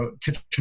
kitchen